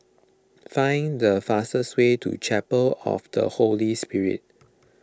find the fastest way to Chapel of the Holy Spirit